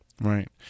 Right